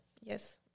Yes